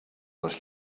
les